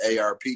ARP